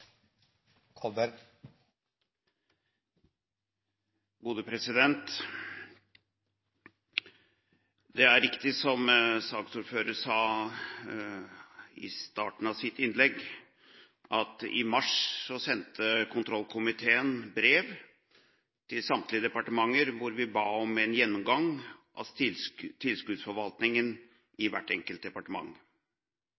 Kolberg i forslaget i komiteen. Replikkordskiftet er avsluttet. Det er riktig som saksordføreren sa i starten av sitt innlegg, at kontrollkomiteen i mars sendte brev til samtlige departementer hvor vi ba om en gjennomgang av tilskuddsforvaltningen i